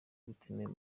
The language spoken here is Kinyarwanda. butemewe